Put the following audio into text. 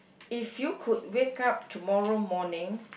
if you could wake up tomorrow morning